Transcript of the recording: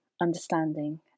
understanding